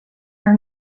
her